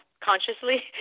consciously